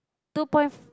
two point